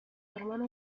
hermano